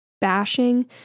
bashing